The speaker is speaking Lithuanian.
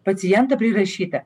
pacientą prirašytą